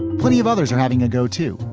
plenty of others are having a go to,